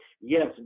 Yes